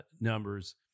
numbers